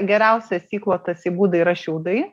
geriausias įklotas į būdą yra šiaudai